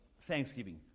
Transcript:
thanksgiving